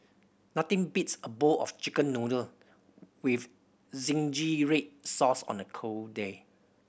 nothing beats a bowl of Chicken Noodle with zingy red sauce on a cold day